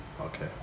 Okay